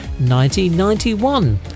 1991